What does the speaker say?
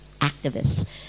activists